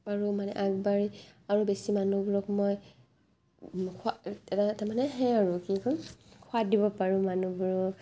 আৰু মানে আগবাঢ়ি আৰু বেছি মানুহবোৰক মই এটা তাৰমানে সেই আৰু কি কয় সোৱাদ দিব পাৰোঁ মানুহবোৰক